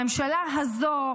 הממשלה הזו,